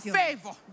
favor